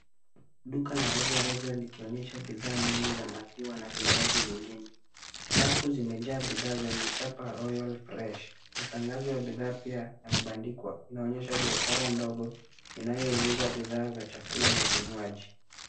Duka la rejareja likionyesha bidhaa nyingi za maziwa na vinywaji vingine, rafu zimejaa bidhaa yenye chapa ya Royal Fresh. Matangazo ya bidhaa pia yamebandikwa. Inaonyesha biashara ndogo inayouza bidhaa za chakula na vinywaji.